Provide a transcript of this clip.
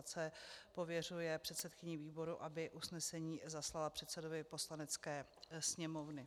c) pověřuje předsedkyni výboru, aby usnesení zaslala předsedovi Poslanecké sněmovny.